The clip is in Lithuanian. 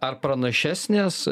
ar pranašesnės